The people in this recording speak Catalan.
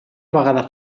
vegada